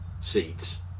seats